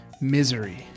Misery